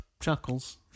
Chuckles